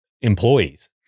employees